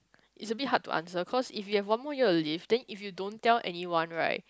it's a bit hard to answer cause if you have one more year to live then you don't tell anyone right